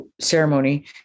ceremony